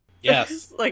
Yes